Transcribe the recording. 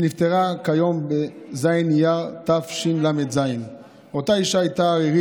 שנפטרה בז' באייר תשל"ז.